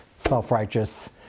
Self-righteous